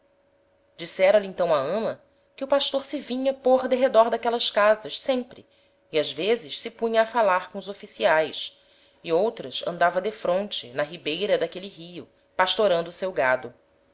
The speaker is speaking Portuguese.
vira disse-lhe então a ama que o pastor se vinha pôr derredor d'aquelas casas sempre e ás vezes se punha a falar com os oficiaes e outras andava defronte na ribeira d'aquele rio pastorando o seu gado